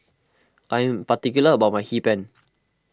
I am particular about my Hee Pan